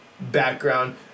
background